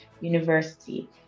university